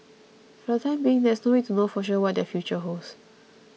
for the time being there is no way to know for sure what their future holds